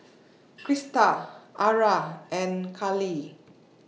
Christa Aura and Carlie